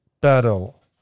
battle